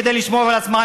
כדי לשמור על עצמה,